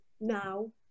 now